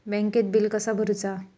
बँकेत बिल कसा भरुचा?